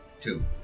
Two